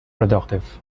productive